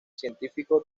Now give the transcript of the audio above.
científico